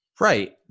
Right